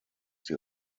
die